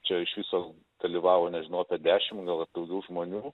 čia iš viso dalyvavo nežinau apie dešim gal ir daugiau žmonių